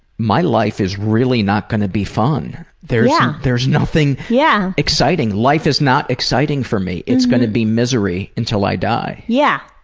my life is really not going to be fun. there yeah there is nothing yeah exciting. life is not exciting for me. it's going to be misery until i die. yeah.